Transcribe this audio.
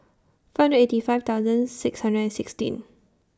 five hundred eighty five thousand six hundred and sixteen